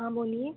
हाँ बोलिए